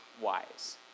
wise